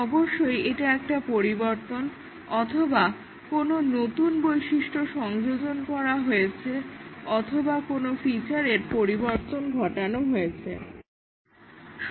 অবশ্যই এটা একটা পরিবর্তন অথবা কোনো নতুন বৈশিষ্ট্য সংযোজন করা হয়েছে অথবা কোন ফিচারের পরিবর্তন ঘটানো হয়েছে ইত্যাদি